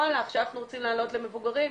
עכשיו אנחנו רוצים לעלות למבוגרים,